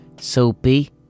Soapy